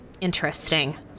Interesting